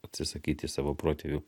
atsisakyti savo protėvių